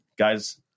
Guys